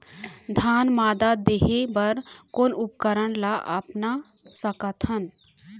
धान मादा देहे बर कोन उपकरण ला अपना सकथन?